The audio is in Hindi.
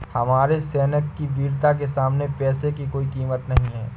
हमारे सैनिक की वीरता के सामने पैसे की कोई कीमत नही है